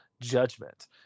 judgment